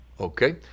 okay